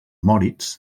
moritz